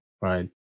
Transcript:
Right